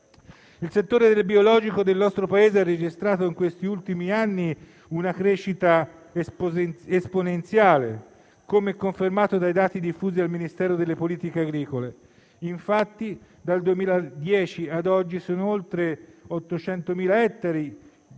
Il settore del biologico del nostro Paese ha registrato, negli ultimi anni, una crescita esponenziale, come confermato dai dati diffusi dal Ministero delle politiche agricole alimentari e forestali. Infatti, dal 2010 ad oggi, sono oltre 800.000 gli ettari